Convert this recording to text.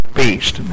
beast